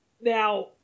Now